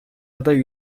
aday